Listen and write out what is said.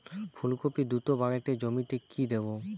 ফুলকপি দ্রুত বাড়াতে জমিতে কি দেবো?